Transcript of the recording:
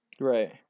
Right